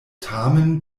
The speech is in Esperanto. tamen